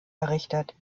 errichtet